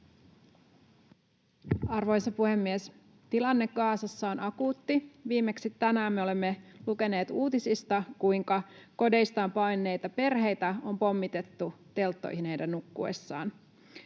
Arvoisa puhemies! Tilanne Gazassa on akuutti. Viimeksi tänään me olemme lukeneet uutisista, kuinka kodeistaan paenneita perheitä on pommitettu telttoihin heidän nukkuessaan.